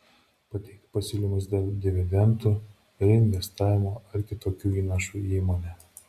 pateikti pasiūlymus dėl dividendų reinvestavimo ar kitokių įnašų į įmonę